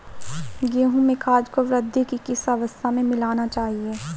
गेहूँ में खाद को वृद्धि की किस अवस्था में मिलाना चाहिए?